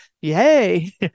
yay